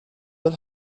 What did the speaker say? will